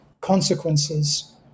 consequences